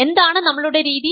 എന്താണ് നമ്മളുടെ രീതി